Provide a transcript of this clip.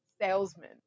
salesman